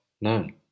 known